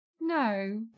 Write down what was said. No